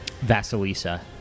Vasilisa